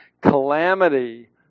calamity